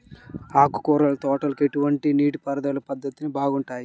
ఆకుకూరల తోటలకి ఎటువంటి నీటిపారుదల పద్ధతులు బాగుంటాయ్?